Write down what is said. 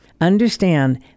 Understand